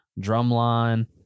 Drumline